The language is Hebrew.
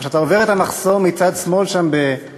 כשאתה עובר את המחסום מצד שמאל שם בגן-הוורדים,